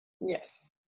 Yes